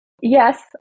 Yes